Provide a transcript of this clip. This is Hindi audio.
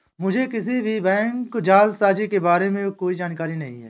मुझें किसी भी बैंक जालसाजी के बारें में कोई जानकारी नहीं है